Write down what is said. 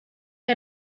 che